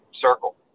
circle